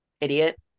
idiot